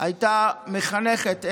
הייתה מחנכת.